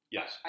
Yes